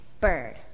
Bird